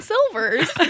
Silvers